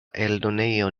eldonejo